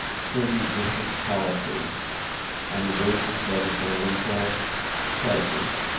certain district policy on the basis of a financial crisis.